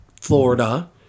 florida